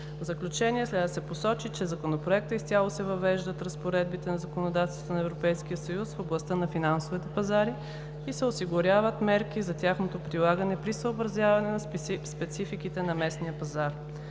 В заключение следва да се посочи, че със Законопроекта изцяло се въвеждат разпоредбите на законодателството на ЕС в областта на финансовите пазари и се осигуряват мерки за тяхното прилагане при съобразяване на спецификите на местния пазар.